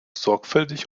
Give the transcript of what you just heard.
sorgfältig